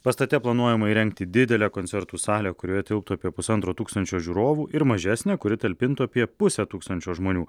pastate planuojama įrengti didelę koncertų salę kurioje tilptų apie pusantro tūkstančio žiūrovų ir mažesnę kuri talpintų apie pusę tūkstančio žmonių